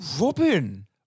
Robin